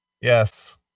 Yes